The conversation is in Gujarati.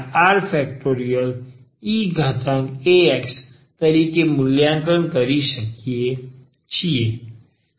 eax તરીકે મૂલ્યાંકન કરી શકીએ છીએ